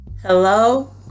Hello